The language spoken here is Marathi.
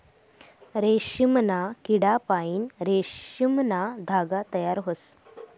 रेशीमना किडापाईन रेशीमना धागा तयार व्हस